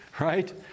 right